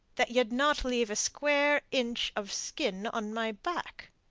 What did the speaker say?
that ye'd not leave a square inch of skin on my back.